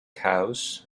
house